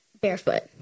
barefoot